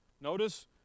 Notice